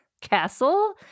castle